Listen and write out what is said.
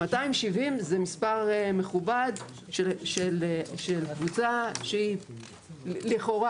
270 זה מספר מכובד של קבוצה שהיא לכאורה